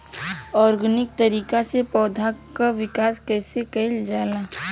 Organic तरीका से पौधा क विकास कइसे कईल जाला?